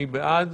מי בעד?